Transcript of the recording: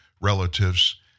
relatives